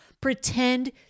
pretend